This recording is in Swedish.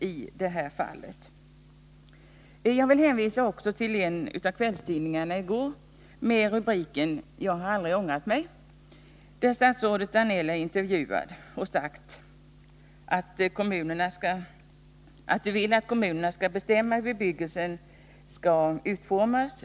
Jag vill också hänvisa till en av kvällstidningarna för i går, som under rubriken ”Jag har aldrig ångrat mig” innehöll en intervju med statsrådet Danell, där han har sagt att han vill att kommunerna skall bestämma hur bebyggelsen skall utformas.